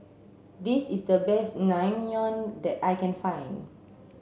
this is the best Naengmyeon that I can find